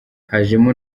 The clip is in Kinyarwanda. hajemo